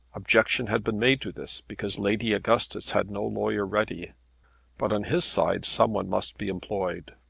objection had been made to this, because lady augustus had no lawyer ready but on his side some one must be employed.